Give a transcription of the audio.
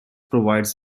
provides